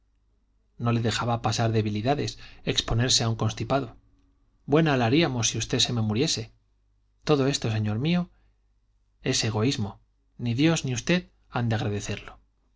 no le dejaba pasar debilidades exponerse a un constipado buena la haríamos si usted se me muriese todo esto señor mío es egoísmo ni dios ni usted han de agradecerlo